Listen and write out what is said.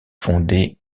fondé